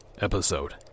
episode